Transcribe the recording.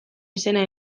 izena